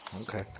okay